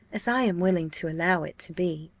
as i am willing to allow it to be,